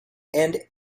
end